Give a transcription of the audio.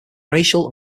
racial